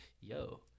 yo